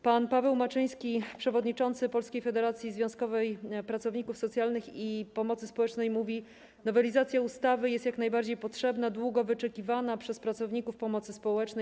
Pan Paweł Maczyński, przewodniczący Polskiej Federacji Związkowej Pracowników Socjalnych i Pomocy Społecznej mówił: Nowelizacja ustawy jest jak najbardziej potrzebna i długo wyczekiwana przez pracowników pomocy społecznej.